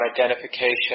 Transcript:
identification